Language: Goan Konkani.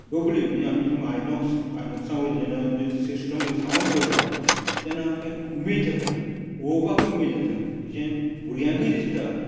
डोबळी आमी सम आयनॉक्स आयनॉक्सां वयता जेन्ना जे सिस्टम सावंड पयता तेन्ना एक उमेद जाता पोळोपाकूय उमेद जाता तशेंच भुरग्यांकूय दिसता